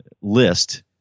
list